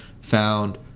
found